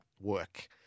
work